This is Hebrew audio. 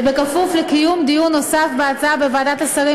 ובכפוף לקיום דיון נוסף בהצעה בוועדת השרים